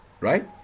right